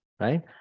right